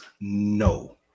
no